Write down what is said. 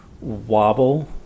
wobble